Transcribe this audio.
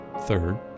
third